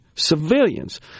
civilians